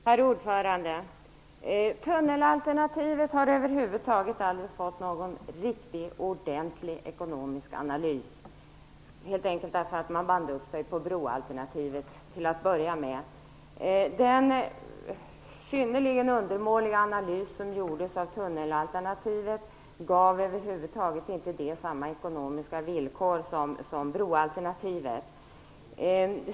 Herr talman! Tunnelalternativet har över huvud taget aldrig fått någon riktigt ordentlig ekonomisk analys, helt enkelt därför att man band upp sig för broalternativet till att börja med. Den synnerligen undermåliga analys som gjordes av tunnelalternativet gav det inte samma ekonomiska villkor som broalternativet.